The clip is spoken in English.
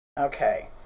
Okay